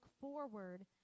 forward